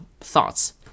thoughts